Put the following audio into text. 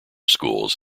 schools